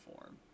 form